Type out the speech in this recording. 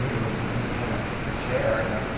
needed was just me and a chair, you know?